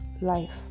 life